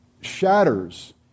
shatters